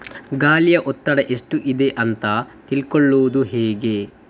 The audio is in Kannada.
ಗಾಳಿಯ ಒತ್ತಡ ಎಷ್ಟು ಇದೆ ಅಂತ ತಿಳಿದುಕೊಳ್ಳುವುದು ಹೇಗೆ?